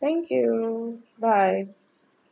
thank you bye